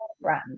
brand